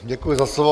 Děkuji za slovo.